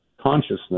consciousness